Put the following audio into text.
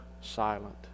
silent